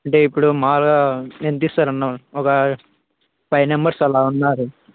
అంటే ఇప్పుడు మాములుగా ఎంత ఇస్తారు అన్న ఒక ఫైవ్ మెంబెర్స్ అలా ఉన్నారు